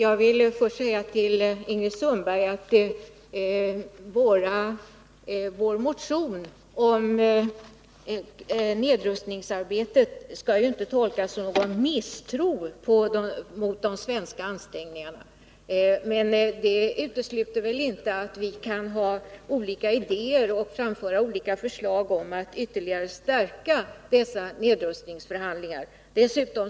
Herr talman! Till Ingrid Sundberg vill jag säga att vår motion om nedrustningsarbetet inte skall tolkas som någon misstro mot de svenska ansträngningarna. Men det hindrar inte att vi kan ha olika idéer och framföra olika förslag om hur dessa nedrustningsförhandlingar skall kunna stärkas.